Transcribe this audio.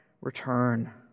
return